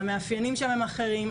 המאפיינים שלהם אחרים.